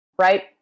right